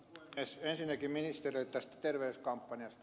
ensinnäkin ministerille tästä terveyskampanjasta